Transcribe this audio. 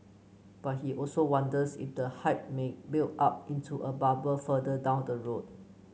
but he also wonders if the hype may build up into a bubble further down the road